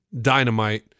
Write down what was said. dynamite